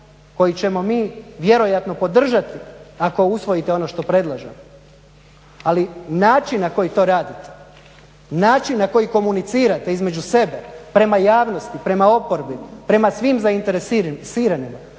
koji ćemo mi vjerojatno podržati ako usvojite ono što predlažemo ali način na koji to radite, način na koji komunicirate između sebe, prema javnosti, prema oporbi, prema svim zainteresiranima